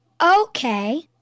Okay